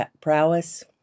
prowess